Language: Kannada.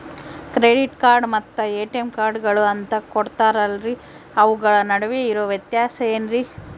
ಕ್ರೆಡಿಟ್ ಕಾರ್ಡ್ ಮತ್ತ ಎ.ಟಿ.ಎಂ ಕಾರ್ಡುಗಳು ಅಂತಾ ಕೊಡುತ್ತಾರಲ್ರಿ ಅವುಗಳ ನಡುವೆ ಇರೋ ವ್ಯತ್ಯಾಸ ಏನ್ರಿ?